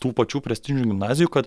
tų pačių prestižinių gimnazijų kad